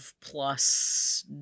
plus